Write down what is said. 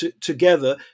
together